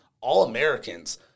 All-Americans